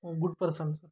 ಹ್ಞೂ good person sir